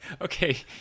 Okay